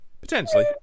Potentially